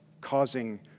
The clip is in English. causing